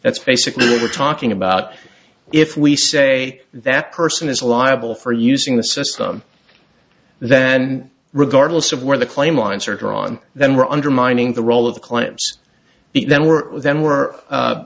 that's basically what we're talking about if we say that person is a liable for using the system then regardless of where the claim lines are drawn then we're undermining the role of the claims then we're then we're